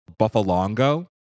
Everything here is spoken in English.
Buffalongo